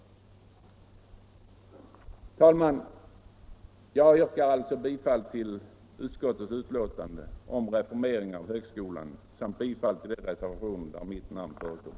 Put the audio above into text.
Herr talman! Jag yrkar bifall till utskottets betänkande om reformering av högskoleutbildningen samt bifall till de reservationer där mitt namn förekommer.